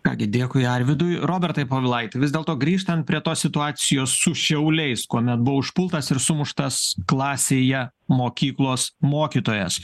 ką gi dėkui arvydui robertai povilaiti vis dėlto grįžtant prie tos situacijos su šiauliais kuomet buvo užpultas ir sumuštas klasėje mokyklos mokytojas